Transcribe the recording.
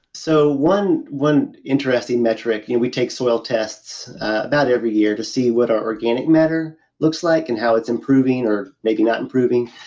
so one one interesting metric, and we take soil tests about every year to see what our organic matter looks like and how it's improving or maybe not improving.